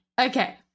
Okay